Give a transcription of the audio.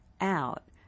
out